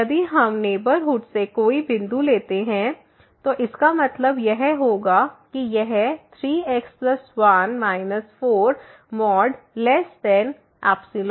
यदि हम नेबरहुड से कोई बिंदु लेते हैं तो इसका मतलब यह होगा कि यह 3x1 4ϵ